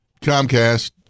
Comcast